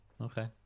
Okay